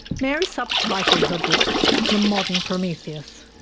mary subtitled her book the modern prometheus,